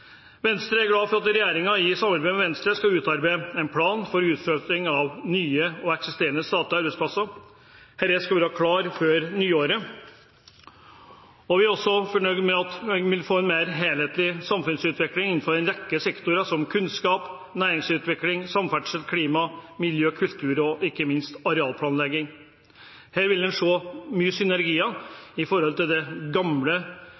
Venstre er glad for at regjeringen i samarbeid med Venstre skal utarbeide en plan for utflytting av nye og eksisterende statlige arbeidsplasser. Denne skal være klar før nyttår. Vi er også fornøyd med at vi vil få en mer helhetlig samfunnsutvikling innenfor en rekke sektorer – som kunnskap, næringsutvikling, samferdsel, klima, miljø, kultur og ikke minst arealplanlegging. Her vil en se mange synergier i forhold til de gamle,